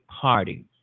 party